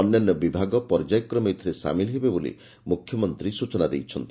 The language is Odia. ଅନ୍ୟାନ୍ୟ ବିଭାଗ ପର୍ଯ୍ୟାୟକ୍ରମେ ଏଥିରେ ସାମିଲ ହେବ ବୋଲି ମୁଖ୍ୟମନ୍ତୀ ସ୍ୟଚନା ଦେଇଛନ୍ତି